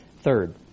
Third